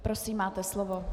Prosím, máte slovo.